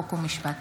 חוק ומשפט.